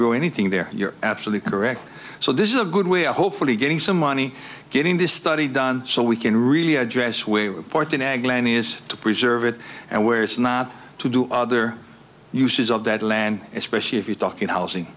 grow anything there and you're absolutely correct so this is a good way of hopefully getting some money getting this study done so we can really address we appoint an ag lanny's to preserve it and where it's not to do other uses of that land especially if you're talking housing